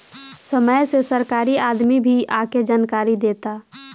समय से सरकारी आदमी भी आके जानकारी देता